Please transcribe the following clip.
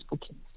bookings